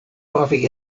coffee